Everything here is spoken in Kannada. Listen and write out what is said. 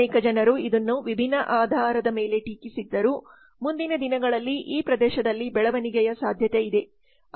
ಅನೇಕ ಜನರು ಇದನ್ನು ವಿಭಿನ್ನ ಆಧಾರದ ಮೇಲೆ ಟೀಕಿಸಿದ್ದರೂ ಮುಂದಿನ ದಿನಗಳಲ್ಲಿ ಈ ಪ್ರದೇಶದಲ್ಲಿ ಬೆಳವಣಿಗೆಯ ಸಾಧ್ಯತೆ ಇದೆ